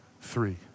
three